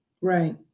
right